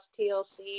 TLC